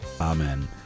Amen